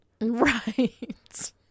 Right